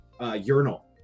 urinal